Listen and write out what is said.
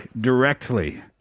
directly